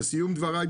לסיום דברי,